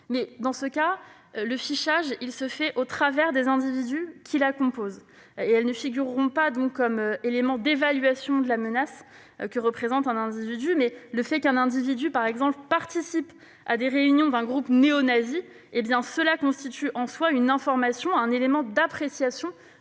Dans ce cas, le fichage se fait au travers des individus qui les composent. Elles ne figureront donc pas comme élément d'évaluation de la menace que représente une personne. Toutefois, le fait qu'un individu participe, par exemple, aux réunions d'un groupe néonazi constitue en soi une information, un élément d'appréciation